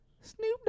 Snoop